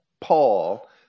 paul